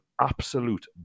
absolute